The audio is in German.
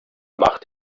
macht